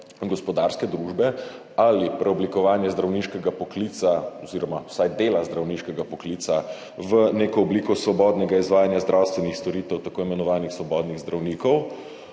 gospodarske družbe ali preoblikovanje zdravniškega poklica oziroma vsaj dela zdravniškega poklica v neko obliko svobodnega izvajanja zdravstvenih storitev, tako imenovanih svobodnih zdravnikov,